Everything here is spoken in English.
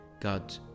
God